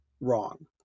wrong